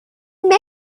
make